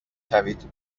شوید